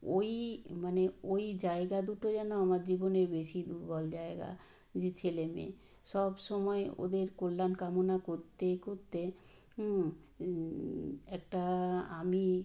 ওই মানে ওই জায়গা দুটো যেন আমার জীবনের বেশি দুর্বল জায়গা যে ছেলে মেয়ে সব সময় ওদের কল্যাণ কামনা করতে করতে একটা আমি